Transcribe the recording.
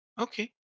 Okay